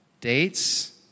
Dates